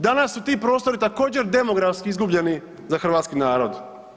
Danas su ti prostori također demografski izgubljeni za hrvatski narod.